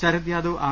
Sarath Yadav R